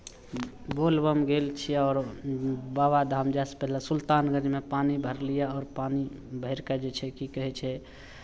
बोलबम गेल छियै आओर बाबाधाम जायसँ पहिले सुल्तानगंजमे पानि भरलियै आओर पानि भरि कऽ जे छै की कहै छै